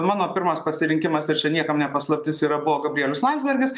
mano pirmas pasirinkimas ir čia niekam ne paslaptis yra buvo gabrielius landsbergis